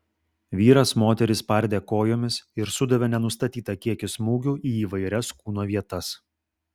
vyras moterį spardė kojomis ir sudavė nenustatytą kiekį smūgių į įvairias kūno vietas